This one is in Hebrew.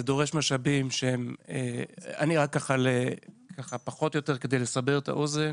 כדי לסבר את האוזן,